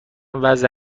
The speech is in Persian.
وضع